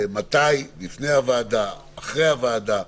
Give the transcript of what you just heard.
והאם היא צריכה להיות לפני הוועדה או אחריה.